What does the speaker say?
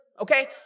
okay